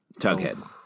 Tughead